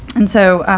and so,